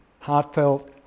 heartfelt